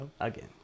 Again